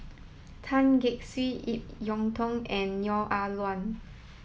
Tan Gek Suan Ip Yiu Tung and Neo Ah Luan